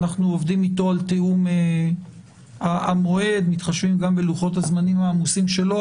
אנחנו עובדים איתו על תיאום המועד ומתחשבים גם בלוח הזמנים העמוס שלו,